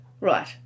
Right